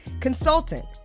Consultant